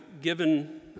given